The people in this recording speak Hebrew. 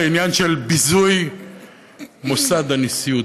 לעניין של ביזוי מוסד הנשיאות,